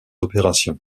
opérations